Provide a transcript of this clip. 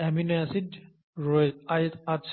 amino acid আছে